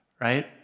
right